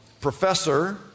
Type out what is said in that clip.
professor